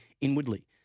inwardly